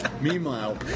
Meanwhile